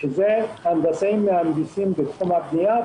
שזה הנדסאים ומהנדסים בתחום הבנייה.